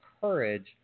courage